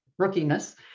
rookiness